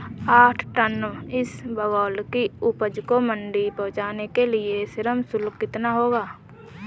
आठ टन इसबगोल की उपज को मंडी पहुंचाने के लिए श्रम शुल्क कितना होगा?